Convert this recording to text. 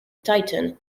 titan